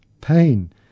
pain